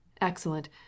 Excellent